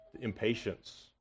impatience